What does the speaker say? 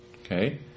Okay